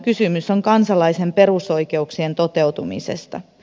kysymys on kansalaisen perusoikeuksien toteutumisesta